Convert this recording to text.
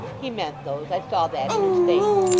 he meant those. i saw that, in his face